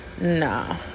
no